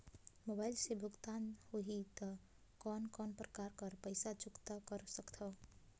Mobile से भुगतान होहि त कोन कोन प्रकार कर पईसा चुकता कर सकथव?